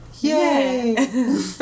Yay